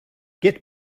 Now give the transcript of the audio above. get